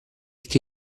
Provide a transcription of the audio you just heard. che